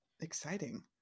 Exciting